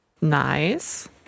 Nice